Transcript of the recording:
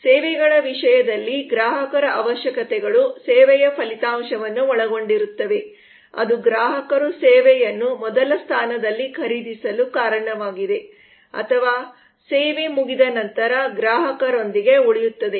ಸೇವೆಗಳ ವಿಷಯದಲ್ಲಿ ಗ್ರಾಹಕರ ಅವಶ್ಯಕತೆಗಳು ಸೇವೆಯ ಫಲಿತಾಂಶವನ್ನು ಒಳಗೊಂಡಿರುತ್ತವೆ ಅದು ಗ್ರಾಹಕರು ಸೇವೆಯನ್ನು ಮೊದಲ ಸ್ಥಾನದಲ್ಲಿ ಖರೀದಿಸಲು ಕಾರಣವಾಗಿದೆ ಅಥವಾ ಸೇವೆ ಮುಗಿದ ನಂತರ ಗ್ರಾಹಕರೊಂದಿಗೆ ಉಳಿಯುತ್ತದೆ